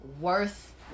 worth